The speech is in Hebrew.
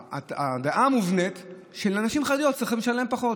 שהדעה המובנית היא שלנשים חרדיות צריכים לשלם פחות.